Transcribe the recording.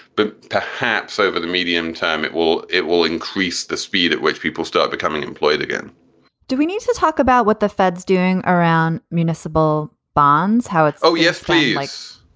but perhaps over the medium term, it will it will increase the speed at which people start becoming employed again do we need to talk about what the fed's doing around municipal bonds, how it's oh, yes, please.